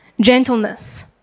Gentleness